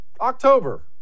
October